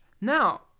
Now